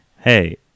hey